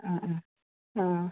അ അ